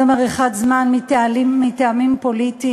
זה מריחת זמן מטעמים פוליטיים,